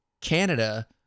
Canada